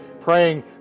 praying